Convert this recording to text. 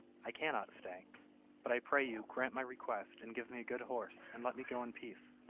i cannot stay but, i pray you, grant my request, and give me a good horse, and let me go in peace,